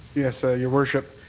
yes, ah your worship,